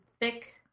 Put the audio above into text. thick